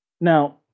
Now